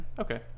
okay